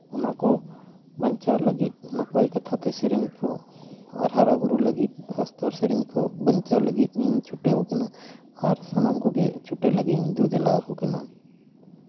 ᱚᱱᱟ ᱠᱚ ᱵᱟᱧᱪᱟᱣ ᱞᱟᱹᱜᱤᱫ ᱱᱟᱯᱟᱭ ᱠᱟᱛᱷᱟᱛᱮ ᱥᱮᱨᱮᱧ ᱠᱚ ᱟᱨ ᱦᱟᱨᱟᱼᱵᱩᱨᱩ ᱞᱟᱹᱜᱤᱫ ᱥᱟᱥᱛᱚᱨ ᱥᱮᱨᱮᱧ ᱠᱚ ᱵᱟᱧᱪᱟᱣ ᱞᱟᱹᱜᱤᱫ ᱤᱧ ᱪᱷᱩᱴᱟᱹᱣ ᱠᱟᱱᱟ ᱟᱨ ᱥᱟᱱᱟᱢ ᱠᱚᱜᱮ ᱪᱷᱩᱴᱟᱹᱜ ᱞᱟᱹᱜᱤᱫ ᱤᱧ ᱫᱩ ᱫᱮᱞᱟ ᱟᱠᱚ ᱠᱟᱱᱟ